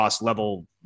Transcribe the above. level